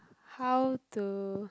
how to